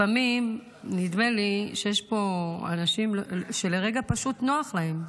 לפעמים נדמה לי שיש פה אנשים שלרגע פשוט נוח להם,